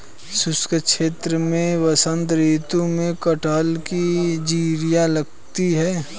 शुष्क क्षेत्र में बसंत ऋतु में कटहल की जिरीयां लगती है